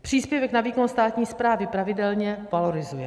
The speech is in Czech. Příspěvek na výkon státní správy pravidelně valorizujeme.